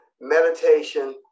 Meditation